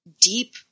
deep